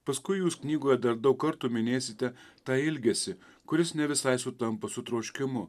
paskui jūs knygoje dar daug kartų minėsite tą ilgesį kuris ne visai sutampa su troškimu